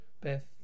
Beth